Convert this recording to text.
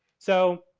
so,